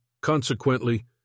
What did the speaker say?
consequently